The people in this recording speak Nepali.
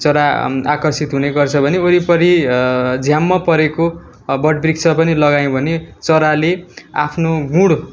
चरा आकर्षित हुने गर्छ भने ओरिपोरी झ्याम्म परेको बटवृक्ष पनि लगायौँ भने चराले आफ्नो गुँड